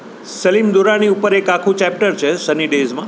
સલીમ દુરાની ઉપર એક આખું ચેપ્ટર છે સની ડેઝમાં